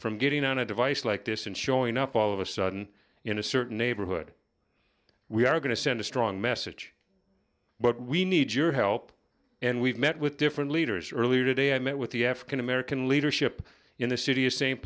from getting on a device like this and showing up all of a sudden in a certain neighborhood we are going to send a strong message but we need your help and we've met with different leaders earlier today i met with the african american leadership in the city of st